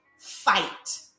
fight